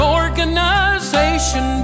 organization